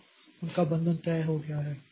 तो उनका बंधन तय हो गया है